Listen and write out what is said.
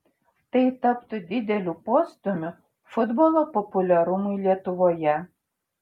tai taptų dideliu postūmiu futbolo populiarumui lietuvoje